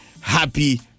happy